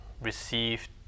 received